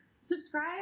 Subscribe